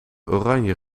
oranje